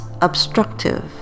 obstructive